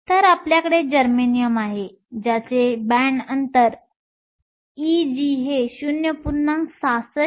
तर आपल्याकडे जर्मेनियम आहे ज्याचे बॅन्ड अंतर Eg हे 0